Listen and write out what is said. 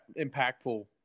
impactful